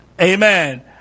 Amen